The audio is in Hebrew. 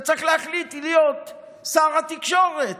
אתה צריך להחליט להיות שר התקשורת.